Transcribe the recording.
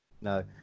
No